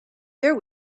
there